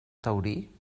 taurí